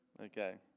okay